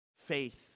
Faith